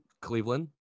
Cleveland